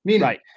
Right